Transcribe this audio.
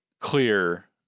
clear